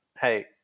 hey